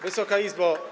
Wysoka Izbo!